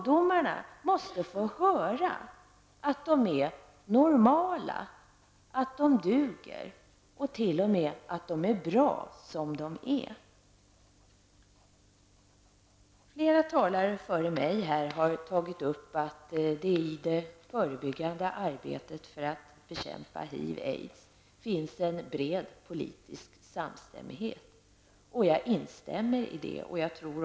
De måste få höra att de är normala, att de duger och t.o.m. är bra. Flera talare före mig har sagt att det i det förebyggande arbetet för att bekämpa HIV/aids finns en bred samstämmighet. Jag instämmer i det.